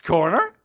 Corner